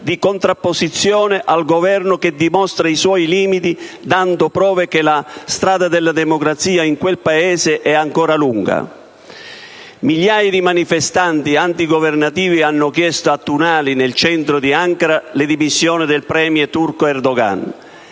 di contrapposizione al Governo che dimostra i suoi limiti, dando prova che la strada della democrazia in quel Paese è ancora lunga. Migliaia di manifestanti antigovernativi hanno chiesto a Tunali, nel centro di Ankara, le dimissioni del premier turco Erdogan.